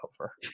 over